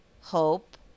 Hope